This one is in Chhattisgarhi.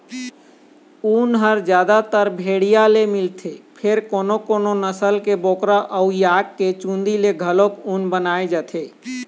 ऊन ह जादातर भेड़िया ले मिलथे फेर कोनो कोनो नसल के बोकरा अउ याक के चूंदी ले घलोक ऊन बनाए जाथे